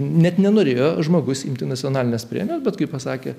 net nenorėjo žmogus imti nacionalinės premijos bet kai pasakė